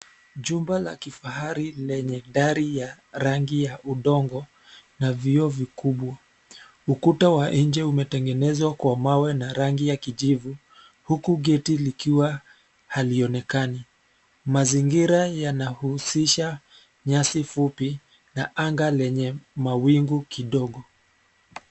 Jumba la kifahari lenye dari ya rangi ya udongo na vioo vikubwa. Ukuta wa nje umetengenezwa kwa mawe na rangi ya kijivu huku geti likiwa halionekani. Mazingira yanahusisha nyasi fupi na anga lenye mawingu kidogo.